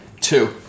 Two